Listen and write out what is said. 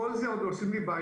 עם כל זה, עוד עושים לי בעיות?